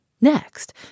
Next